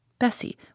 Bessie